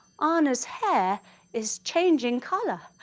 anna's hair is changing colour,